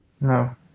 No